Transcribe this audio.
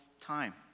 time